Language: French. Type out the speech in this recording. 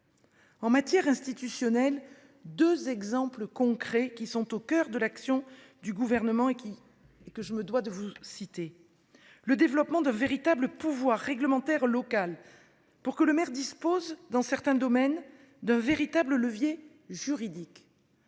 En matière institutionnelle, je citerai deux exemples concrets qui sont au coeur de l'action du Gouvernement et que je me dois de vous rappeler. Le premier a trait au développement d'un véritable pouvoir réglementaire local. Pour que le maire dispose dans certains domaines d'un véritable levier juridique,